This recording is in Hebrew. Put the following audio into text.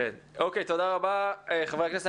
תודה רבה, חברי הכנסת.